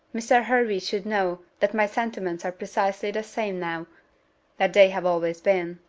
mr. hervey should know that my sentiments are precisely the same now that they have always been.